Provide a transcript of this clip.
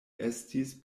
estis